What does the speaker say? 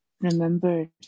remembered